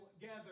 gather